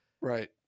Right